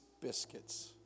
biscuits